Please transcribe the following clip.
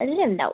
എല്ലാം ഉണ്ടാവും